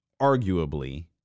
arguably